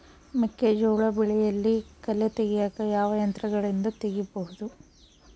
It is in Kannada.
ಮೆಕ್ಕೆಜೋಳ ಬೆಳೆಯಲ್ಲಿ ಕಳೆ ತೆಗಿಯಾಕ ಯಾವ ಯಂತ್ರಗಳಿಂದ ತೆಗಿಬಹುದು?